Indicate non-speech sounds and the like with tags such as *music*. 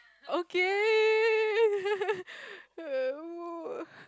okay *laughs* *noise*